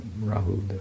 Rahu